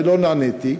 ולא נעניתי,